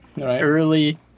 early